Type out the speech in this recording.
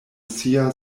sia